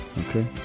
Okay